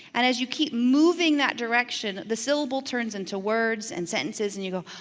and as you keep moving that direction, the syllable turns into words and sentences and you go,